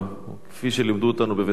כפי שלימדו אותנו בבית-ספר,